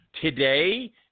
today